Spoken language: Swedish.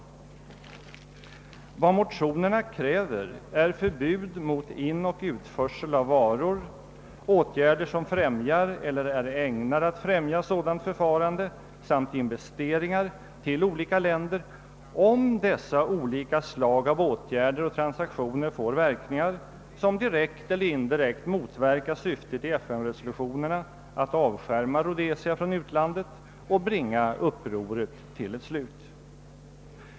Vad exempelvis våra motioner kräver är förbud mot inoch utförsel av varor, åtgärder som främjar eller är ägnade att främja sådant förfarande samt investeringar till skilda länder, »om dessa olika slag av åtgärder och transaktioner får verkningar, som direkt eller indirekt motverkar syftet i FN-resolutionerna att avskärma Rhodesia från utlandet och ”bringa upproret till ett slut'».